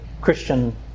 Christian